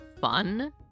fun